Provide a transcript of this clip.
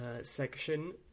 section